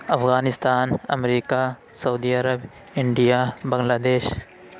افغانستان امریکہ سعودی عرب انڈیا بنگلہ دیش